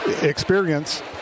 experience